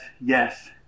yes